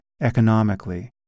economically